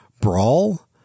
brawl